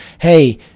hey